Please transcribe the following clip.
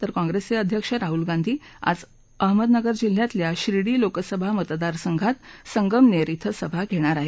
तर काँग्रेसचे अध्यक्ष राहुल गांधी आज अहमदनगर जिल्ह्यातल्या शिर्डी लोकसभा मतदार संघात संगमनेर इथं सभा घेणार आहेत